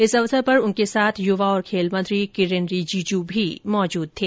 इस अवसर पर उनके साथ युवा और खेल मंत्री किरेन रिजिजू भी मौजूद थे